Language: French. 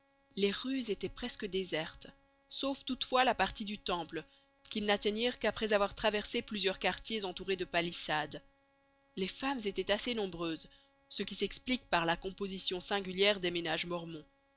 les rues étaient presque désertes sauf toutefois la partie du temple qu'ils n'atteignirent qu'après avoir traversé plusieurs quartiers entourés de palissades les femmes étaient assez nombreuses ce qui s'explique par la composition singulière des ménages mormons